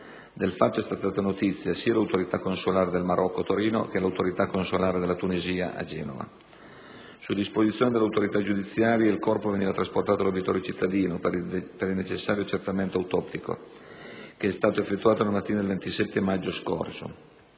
Del fatto è stata data notizia sia all'autorità consolare del Marocco a Torino che all'autorità consolare della Tunisia a Genova. Su disposizione dell'autorità giudiziaria il corpo veniva trasportato all'obitorio cittadino per il necessario accertamento autoptico, che è stato effettuato nella mattina del 27 maggio scorso.